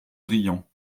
brillants